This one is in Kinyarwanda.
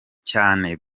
cyane